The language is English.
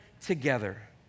together